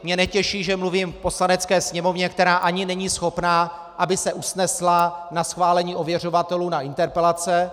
Mě netěší, že mluvím k Poslanecké sněmovně, která ani není schopna, aby se usnesla na schválení ověřovatelů na interpelace.